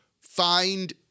find